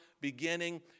beginning